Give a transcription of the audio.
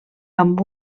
amb